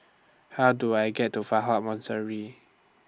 How Do I get to Fa Hua Monastery